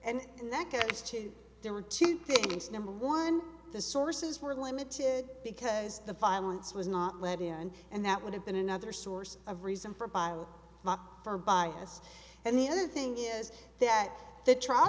or and that gets to you there were two things number one the sources were limited because the violence was not let in and that would have been another source of reason for violence for bias and the other thing is that the trial